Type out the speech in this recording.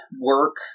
work